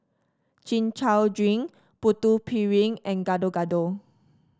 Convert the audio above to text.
Chin Chow Drink Putu Piring and Gado Gado